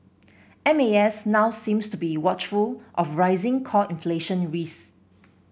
M A S now seems to be watchful of rising core inflation risks